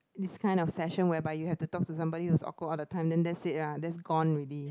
this kind of session whereby you have to talk to somebody who's awkward all the time then that's it lah that's gone already